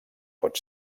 pot